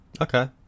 Okay